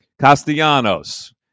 Castellanos